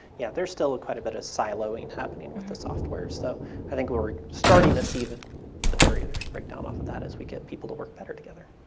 yeah there's still quite a bit of siloing happening with the software, so i think we're we're starting to see the the barriers brake down off of that as we get people work better together.